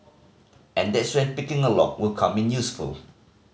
and that's when picking a lock will come in useful